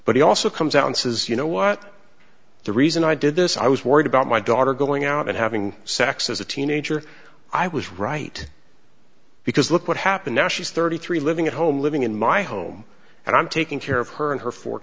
but he also comes out and says you know what the reason i did this i was worried about my daughter going out and having sex as a teenager i was right because look what happened now she's thirty three living at home living in my home and i'm taking care of her and her four